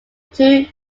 two